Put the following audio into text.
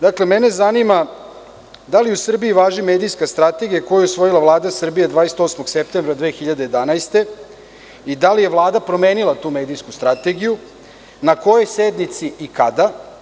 Dakle, zanima me da li u Srbiji važi Medijska strategija koju je usvojila Vlada Srbije 28. septembra 2011. godine i da li je Vlada promenila tu medijsku strategiju, na kojoj sednici i kada?